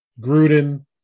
Gruden